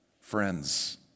Friends